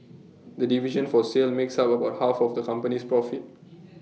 the division for sale makes up about half of the company's profit